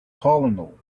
colonel